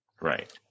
Right